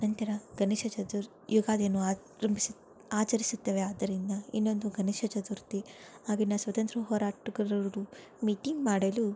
ನಂತರ ಗಣೇಶ ಚತುರ್ ಯುಗಾದಿಯನ್ನು ಆರಂಭಿಸಿ ಆಚರಿಸುತ್ತೇವೆ ಆದ್ದರಿಂದ ಇನ್ನೊಂದು ಗಣೇಶ ಚತುರ್ಥಿ ಆಗಿನ ಸ್ವಾತಂತ್ರ್ಯ ಹೋರಾಟಗಾರರ್ದು ಮೀಟಿಂಗ್ ಮಾಡಲು